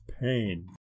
pain